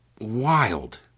wild